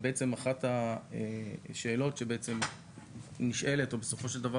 ואחת השאלות שנשאלת או בסופו של דבר